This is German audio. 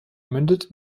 mündet